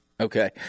Okay